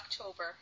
October